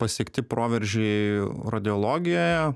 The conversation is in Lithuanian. pasiekti proveržiai radiologijoje